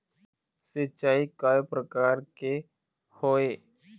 सिचाई कय प्रकार के होये?